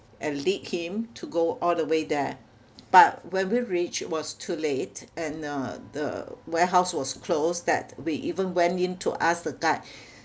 and lead him to go all the way there but when we reach it was too late and uh the warehouse was closed that we even went in to ask the guard